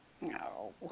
No